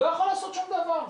לא יכול לעשות שום דבר.